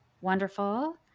Wonderful